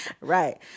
right